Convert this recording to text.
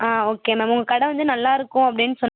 ஆ okay ma'am உங்கள் கடை வந்து நல்லாயிருக்கும் அப்படினு சொன்